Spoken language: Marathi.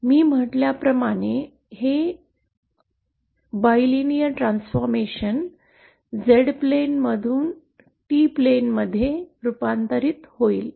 मी म्हटल्याप्रमाणे हे बायलीनेर ट्रान्सफॉर्मेशन Z प्लेनमधून 𝜞 प्लेनमध्ये रुपांतरित होईल